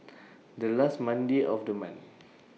The last Monday of The month